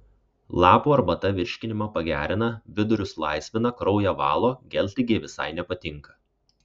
lapų arbata virškinimą pagerina vidurius laisvina kraują valo geltligei visai nepatinka